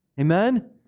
amen